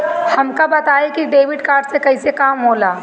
हमका बताई कि डेबिट कार्ड से कईसे काम होला?